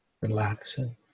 relaxing